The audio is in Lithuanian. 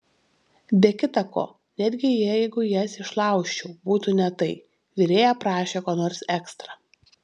be kita ko netgi jeigu jas išlaužčiau būtų ne tai virėja prašė ko nors ekstra